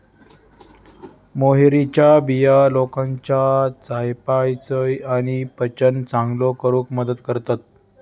मोहरीच्या बिया लोकांच्या चयापचय आणि पचन चांगलो करूक मदत करतत